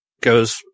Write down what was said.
goes